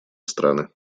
страны